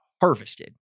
harvested